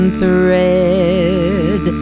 thread